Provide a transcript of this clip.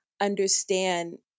understand